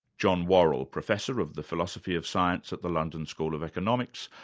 john worrall, professor of the philosophy of science at the london school of economics,